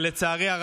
תפתחי את המייל